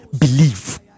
believe